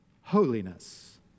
holiness